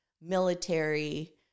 military